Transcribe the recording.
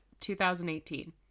2018